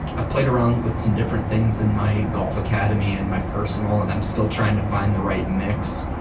i've played around with some different things in my golf academy and my personal and i'm still trying to find the right mix.